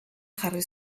jarri